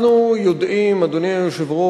אנחנו יודעים היטב, אדוני היושב-ראש,